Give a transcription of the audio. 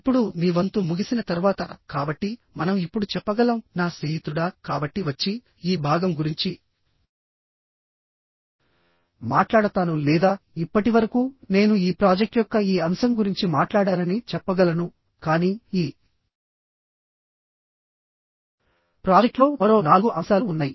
ఇప్పుడుమీ వంతు ముగిసిన తర్వాతకాబట్టి మనం ఇప్పుడు చెప్పగలం నా స్నేహితుడా కాబట్టి వచ్చి ఈ భాగం గురించి మాట్లాడతాను లేదా ఇప్పటివరకు నేను ఈ ప్రాజెక్ట్ యొక్క ఈ అంశం గురించి మాట్లాడానని చెప్పగలనుకానీ ఈ ప్రాజెక్ట్లో మరో నాలుగు అంశాలు ఉన్నాయి